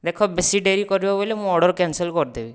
ଦେଖ ବେଶି ଡେରି କରିବ ବୋଇଲେ ମୁଁ ଅର୍ଡ଼ର କ୍ୟାନସେଲ କରିଦେବି